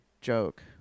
joke